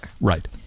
Right